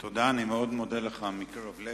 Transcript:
תודה, אני מאוד מודה לך מקרב לב.